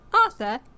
Arthur